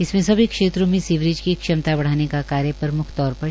इसमे सभी क्षेत्रों में सीवरेज की क्षमता बढ़ाने का कार्य प्रमुख तौर पर शामिल है